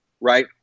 Right